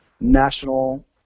national